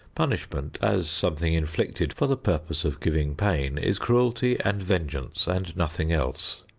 punishment as something inflicted for the purpose of giving pain is cruelty and vengeance and nothing else.